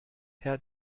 herr